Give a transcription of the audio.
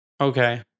Okay